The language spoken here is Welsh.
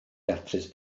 datrys